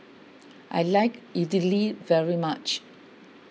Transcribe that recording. I like Idili very much